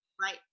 Right